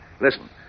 Listen